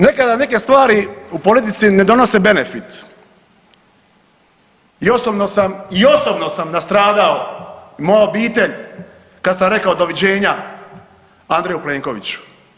Nekada neke stvari u politici ne donose benefit i osobno sam i osobno sam nastradao i moja obitelj kad sam rekao doviđenja Andreju Plenkoviću.